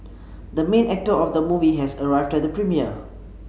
the main actor of the movie has arrived at the premiere